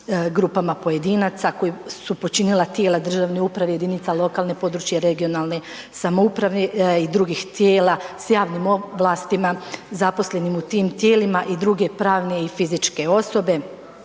grupama pojedinaca koji su počinila tijela državne uprave i jedinica lokalne, područne i regionalne samouprave i drugih tijela s javnim ovlastima zaposlenim u tim tijelima i druge pravne i fizičke osobe.